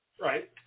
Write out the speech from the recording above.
Right